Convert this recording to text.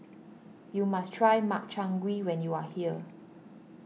you must try Makchang Gui when you are here